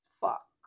fuck